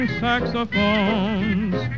saxophones